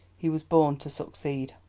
he was born to succeed.